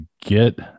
get